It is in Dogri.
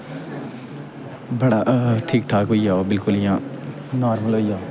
नाड़ा ठीक ठाक होइया ओह् बिल्कूल इ'यां नार्मल होइया